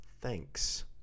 Thanks